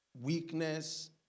Weakness